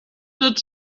tot